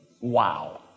Wow